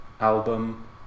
album